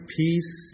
peace